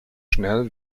schnell